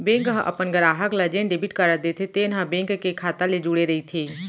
bank ह अपन गराहक ल जेन डेबिट कारड देथे तेन ह बेंक के खाता ले जुड़े रइथे